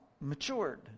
matured